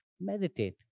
Meditate